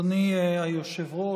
אדוני היושב-ראש,